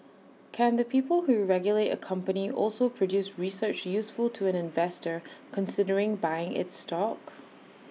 can the people who regulate A company also produce research useful to an investor considering buying its stock